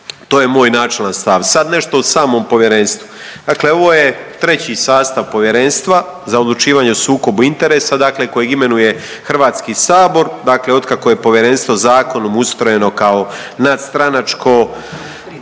to je moj načelan stav. Sad nešto o samom povjerenstvu. Dakle, ovo je treći sastav Povjerenstva za odlučivanje o sukobu interesa, dakle kojeg imenuje Hrvatski sabor. Dakle, od kako je povjerenstvo zakonom ustrojeno kao nadstranačko,